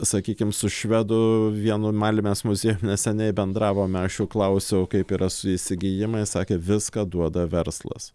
sakykim su švedu vienu malmės muziejuj neseniai bendravome aš klausiau kaip yra su įsigijimais sakė viską duoda verslas